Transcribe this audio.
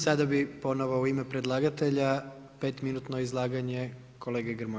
Sada bi ponovo u ime predlagatelja pet minutno izlaganje kolege Grmoje.